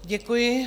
Děkuji.